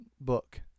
book